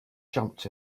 jumped